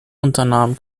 unternahm